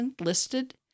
listed